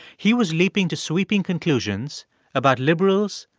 he was leaping to sweeping conclusions about liberals,